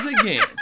again